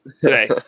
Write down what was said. today